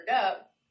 up